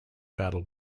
battle